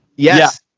Yes